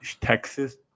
Texas